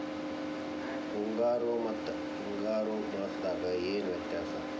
ಮುಂಗಾರು ಮತ್ತ ಹಿಂಗಾರು ಮಾಸದಾಗ ಏನ್ ವ್ಯತ್ಯಾಸ?